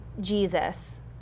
Jesus